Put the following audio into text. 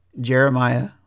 Jeremiah